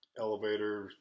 elevator